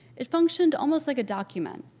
it functioned almost like a document,